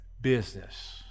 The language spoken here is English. business